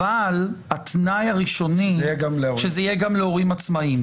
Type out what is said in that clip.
אבל התנאי הראשוני שזה יהיה גם להורים עצמאיים,